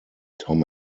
tom